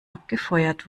abgefeuert